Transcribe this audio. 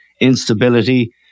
instability